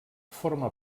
forma